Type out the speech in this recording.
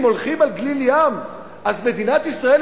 אם הולכים על גליל-ים אז מדינת ישראל,